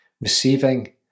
receiving